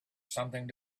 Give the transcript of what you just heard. something